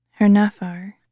Hernafar